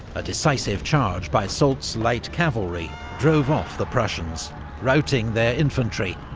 a decisive charge by soult's light cavalry drove off the prussians routing their infantry,